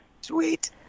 Sweet